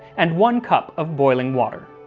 and one cup of boiling water.